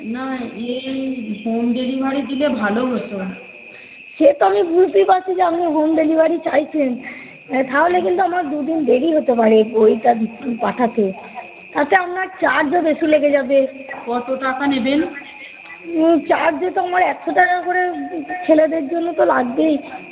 না ইয়ে home delivery দিলে ভালো হত সে তো আমি বুঝতেই পারছি যে আপনি হোম ডেলিভারি চাইছেন তাহলে কিন্ত আমার দুদিন দেরি হতে পারে এ বইটা পাঠাতে আচ্ছা আপনার চার্জও বেশি লেগে যাবে কত টাকা নেবেন চারজে তো আমার একশো টাকা করে ছেলেদের জন্য তো লাগবেই